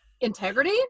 integrity